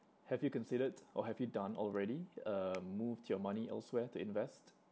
have you considered or have you done already uh moved your money elsewhere to invest